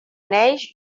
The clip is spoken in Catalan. neix